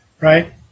right